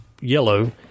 yellow